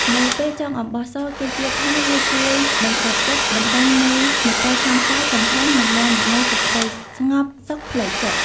នៅពេលចងអំបោះស គេជឿថាវាជួយ បន្សុទ្ធចិត្ត បណ្ដេញនូវមន្ទិលសង្ស័យ កំហឹង និងនាំមកនូវសេចក្តីស្ងប់សុខផ្លូវចិត្ត។